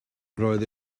roedd